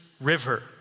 River